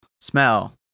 Smell